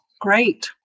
Great